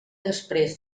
després